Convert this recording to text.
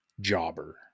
jobber